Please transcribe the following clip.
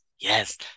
yes